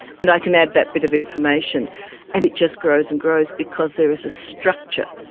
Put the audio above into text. and i can add that bit of information and it just grows and grows because there is a structure.